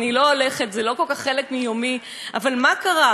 אני לא הולכת, זה לא כל כך חלק מיומי, אבל מה קרה?